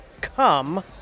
come